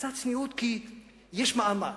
קצת צניעות, כי יש מאמץ.